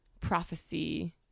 prophecy